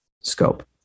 scope